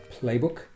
playbook